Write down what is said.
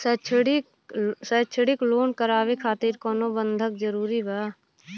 शैक्षणिक लोन करावे खातिर कउनो बंधक जरूरी बा?